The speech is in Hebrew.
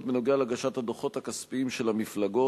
בנוגע להגשת הדוחות הכספיים של המפלגות.